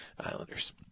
Islanders